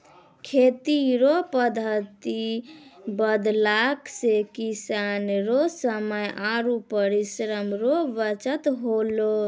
खेती रो पद्धति बदलला से किसान रो समय आरु परिश्रम रो बचत होलै